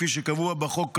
כפי שקבוע בחוק כיום,